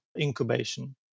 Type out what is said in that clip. incubation